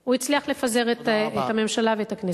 הוא הצליח לפזר את הממשלה ואת הכנסת.